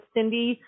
Cindy